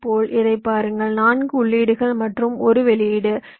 இதேபோல் இதைப் பாருங்கள் 4 உள்ளீடுகள் மற்றும் 1 வெளியீடு